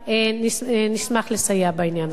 נשמח לסייע בעניין הזה.